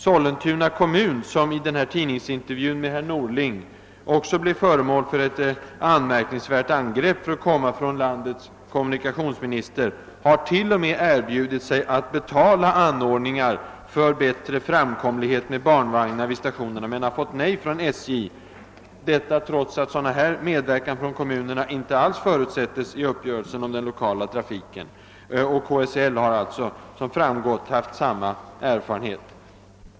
Sollentuna kommun, som i den här tidningsintervjun med herr Norling också blev föremål för ett anmärkningsvärt angrepp för att komma från landets kommunikationsminister, har t.o.m. erbjudit sig att betala anordningar för bättre framkomlighet med barnvagnar vid stationerna, men har fått nej från SJ. Detta erbjudande har givits trots att sådan medverkan från kommunerna inte alls förutsättes i uppgörelsen om den lokala trafiken. KSL har alltså haft samma erfarenhet.